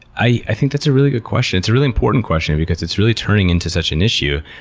i think that's a really good question. it's a really important question, and because it's really turning into such an issue.